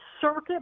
circuit